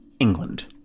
England